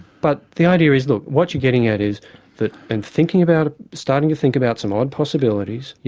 but the idea is look, what you're getting at is that in thinking about, starting to think about some odd possibilities,